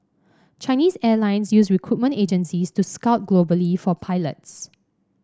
Chinese Airlines use recruitment agencies to scout globally for pilots